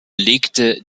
legte